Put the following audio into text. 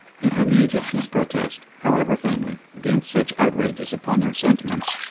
yet when the egyptians protest, however faintly, against such outrages upon their sentiments,